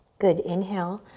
good, inhale,